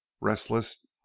restless